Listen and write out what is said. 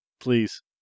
Please